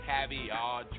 caviar